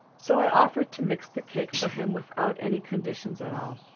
so i offered to mix the cake for him without any conditions at all.